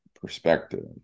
perspective